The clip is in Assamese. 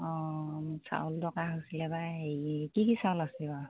অঁ মোক চাউল দৰকাৰ হৈছিলে পাই হেৰি কি কি চাউল আছিল বাৰু